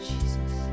Jesus